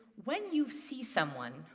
when you see someone,